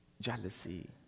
jealousy